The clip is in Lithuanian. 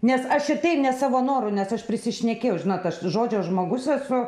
nes aš ir tai ne savo noru nes aš prisišnekėjau žinot aš žodžio žmogus esu